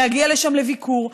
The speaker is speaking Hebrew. להגיע לשם לביקור.